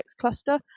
cluster